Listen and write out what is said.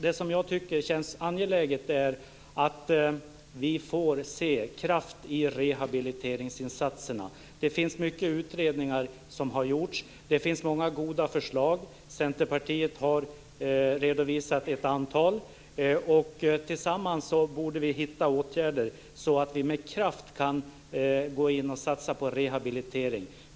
Det som jag tycker känns angeläget är att det blir kraft i rehabiliteringsinsatserna. Det har gjorts många utredningar, och det finns många goda förslag. Centerpartiet har redovisat ett antal sådana, och tillsammans borde vi hitta åtgärder för att med kraft kunna satsa på rehabilitering.